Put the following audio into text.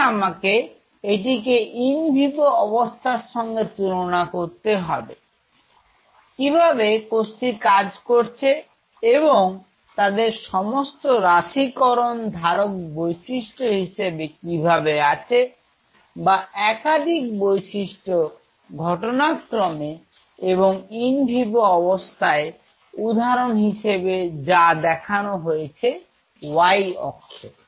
এখন আমাকে এটিকে ইন ভিভো অবস্থার সঙ্গে তুলনা করতে হবে কিভাবে কোষ টি কাজ করছে এবং তাদের সমস্ত রাশি করণ ধারক বৈশিষ্ট্য হিসেবে কিভাবে আছে বা একাধিক বৈশিষ্ট্য ঘটনাক্রমে এবং ইন ভিভো অবস্থায় উদাহরণ হিসেবে যা দেখানো হয়েছে y অক্ষে